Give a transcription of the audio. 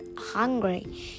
hungry